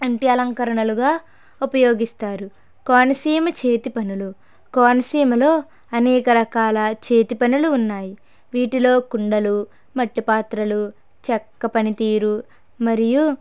ఇంటి అలంకరణలుగా ఉపయోగిస్తారు కోనసీమ చేతి పనులు కోనసీమలో అనేక రకాల చేతి పనులు ఉన్నాయి వీటిలో కుండలు మట్టి పాత్రలు చెక్క పనితీరు మరియు